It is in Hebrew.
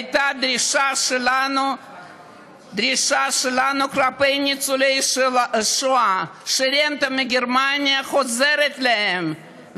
הדרישה שלנו כלפי ניצולי השואה שהרנטה מגרמניה עוזרת להם,